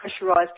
pressurised